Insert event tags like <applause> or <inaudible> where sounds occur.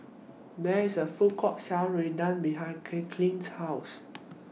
There IS A Food Court sell Rendang behind <unintelligible> House